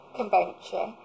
convention